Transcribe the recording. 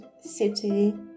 city